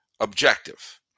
objective